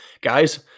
guys